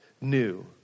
new